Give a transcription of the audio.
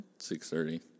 6.30